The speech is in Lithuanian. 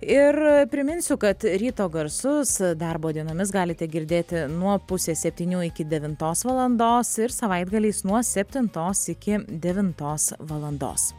ir priminsiu kad ryto garsus darbo dienomis galite girdėti nuo pusės septynių iki devintos valandos ir savaitgaliais nuo septintos iki devintos valandos